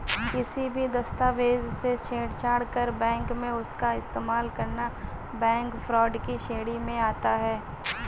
किसी भी दस्तावेज से छेड़छाड़ कर बैंक में उसका इस्तेमाल करना बैंक फ्रॉड की श्रेणी में आता है